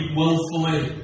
willfully